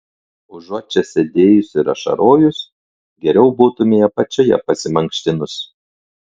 užuot čia sėdėjus ir ašarojus geriau būtumei apačioje pasimankštinus